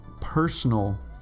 personal